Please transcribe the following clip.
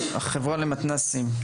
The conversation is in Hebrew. עכשיו החברה למתנ"סים,